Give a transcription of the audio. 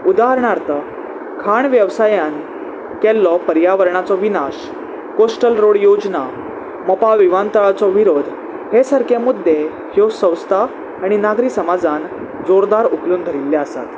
उदाहरणार्थ खाण वेवसायान केल्लो पर्यावरणाचो विनाश कोस्टल रोड योजना मोपा विमानतळाचो विरोध हे सारके मुद्दे ह्यो संस्था आनी नागरी समाजान जोरदार उखलून धरिल्ले आसात